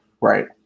Right